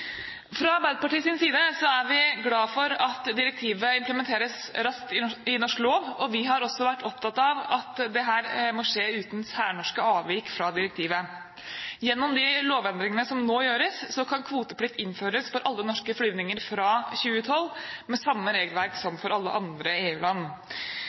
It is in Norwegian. Fra Arbeiderpartiets side er vi glad for at direktivet implementeres raskt i norsk lov, og vi har også vært opptatt av at dette må skje uten særnorske avvik fra direktivet. Gjennom de lovendringene som nå gjøres, kan kvoteplikt innføres for alle norske flygninger fra 2012 med samme regelverk